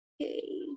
Okay